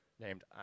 named